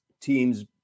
teams